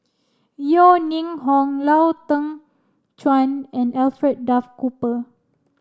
Yeo Ning Hong Lau Teng Chuan and Alfred Duff Cooper